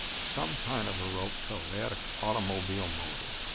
some kind of a rope tow. they had an automobile motor,